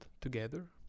together